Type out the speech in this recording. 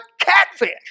catfish